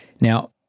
Now